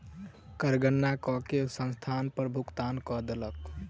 कर गणना कय के संस्थान कर भुगतान कय देलक